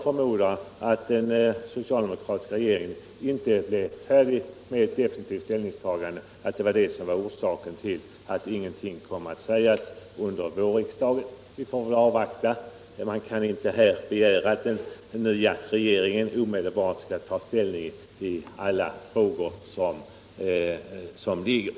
Att den socialde Åtgärder mot mokratiska regeringen inte blev färdig med ett definitivt ställningsta = skatteflykt och gande förmodar jag var orsaken till att förslag inte framlades under vår — skattefusk riksdagen. Vi får väl avvakta här. Man kan inte begära att den nya regeringen omedelbart skall ta ställning i alla frågor som föreligger.